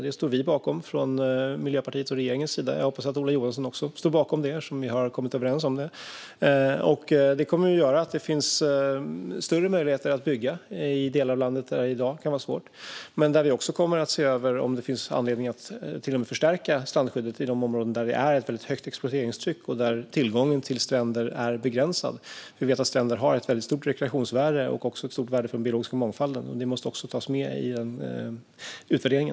Det står vi från Miljöpartiet och regeringen bakom. Jag hoppas att Ola Johansson också står bakom det, eftersom vi har kommit överens om det. Det kommer att göra att det finns större möjligheter att bygga i delar av landet där det i dag kan vara svårt. Men vi kommer också att se över om det finns anledning att till och med förstärka strandskyddet i de områden där det är ett mycket stort exploateringstryck och där tillgången till stränder är begränsad. Vi vet att stränder har ett mycket stort rekreationsvärde och också ett stort värde för den biologiska mångfalden. Det måste också tas med i utvärderingen.